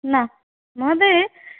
ना महोदये